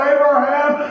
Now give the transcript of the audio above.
Abraham